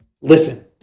listen